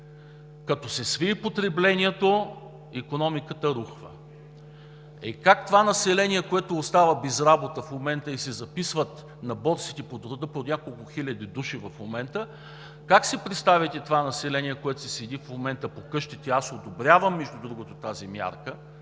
като се свие потреблението, икономиката рухва. Е, как това население, което остава без работа и се записват на борсите по труда по няколко хиляди души в момента, как си представяте това население, което си седи в момента по къщите? Аз одобрявам, между другото, тази мярка